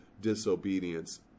disobedience